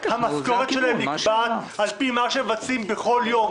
המשכורת שלהם נקבעת על פי מה שמבצעים בכל יום.